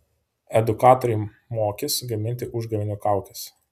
edukatoriai mokys gaminti užgavėnių kaukes